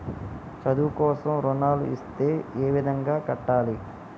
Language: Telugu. చదువు కోసం రుణాలు ఇస్తే ఏ విధంగా కట్టాలి?